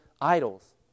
idols